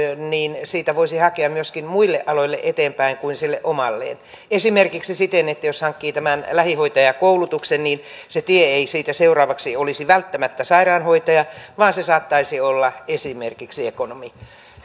niin siitä voisi hakea eteenpäin myöskin muille aloille kuin sille omalleen esimerkiksi siten että jos hankkii lähihoitajakoulutuksen niin se tie ei siitä seuraavaksi olisi välttämättä sairaanhoitaja vaan se saattaisi olla esimerkiksi ekonomi